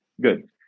good